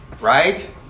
right